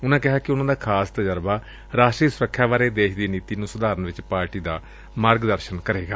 ਉਨੂਂ ਕਿਹਾ ਕਿ ਉਨੂਂ ਦਾ ਖ਼ਾਸ ਤਜ਼ਰਬਾ ਰਾਸਟਰੀ ਸੁਰੱਖਿਆ ਬਾਰੇ ਦੇਸ਼ ਦੀ ਨੀਤੀ ਨੂੰ ਸੁਧਾਰਨ ਵਿਚ ਪਾਰਟੀ ਦਾ ਮਾਰਗ ਦਰਸ਼ਨ ਕਰੇਗਾ